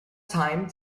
time